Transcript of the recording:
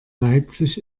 leipzig